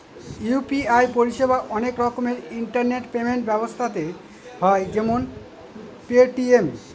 UPI পরিষেবা অনেক রকমের ইন্টারনেট পেমেন্ট ব্যবস্থাতে হয় যেমন পেটিএম